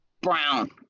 brown